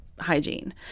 hygiene